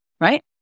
right